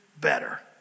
better